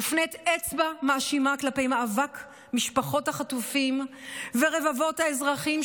מופנית אצבע מאשימה כלפי מאבק משפחות החטופים ורבבות האזרחים,